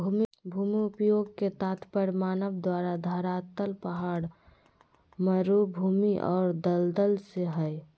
भूमि उपयोग के तात्पर्य मानव द्वारा धरातल पहाड़, मरू भूमि और दलदल से हइ